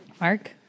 Mark